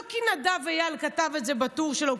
לא כי נדב איל כתב את זה בטור שלו,